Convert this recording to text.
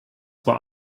where